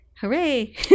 hooray